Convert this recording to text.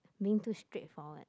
being too straightforward